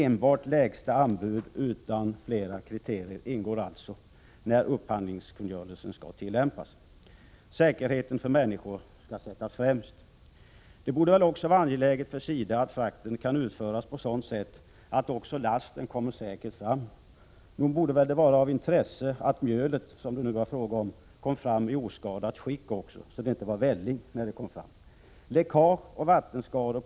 Inte enbart lägsta anbud, utan flera andra kriterier skall ingå när upphandlingskungörelsen skall tillämpas. Säkerheten för människor skall sättas främst. Det borde också vara angeläget för SIDA att frakten kan utföras på sådant sätt att lasten kommer säkert fram. Nog borde det vara av intresse att mjölet, som det nu var fråga om, kommer fram i oskadat skick, så att det inte är välling när det väl är framme.